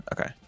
Okay